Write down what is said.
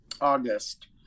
august